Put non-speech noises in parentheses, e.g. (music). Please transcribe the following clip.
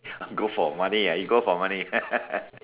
go for money ah you go for money (laughs)